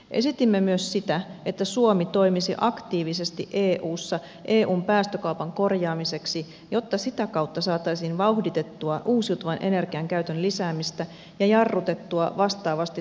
esitimme myös sitä että suomi toimisi aktiivisesti eussa eun päästökaupan korjaamiseksi jotta sitä kautta saataisiin vauhditettua uusiutuvan energian käytön lisäämistä ja jarrutettua vastaavasti tuontipolttoaineiden käyttöä